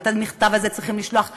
את המכתב הזה צריכים לשלוח לדייר,